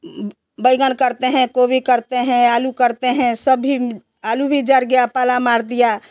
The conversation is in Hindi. बैंगन करते हैं गोभी करते हैं आलू करते हैं सभी आलू भी जर गया पाला मार दिया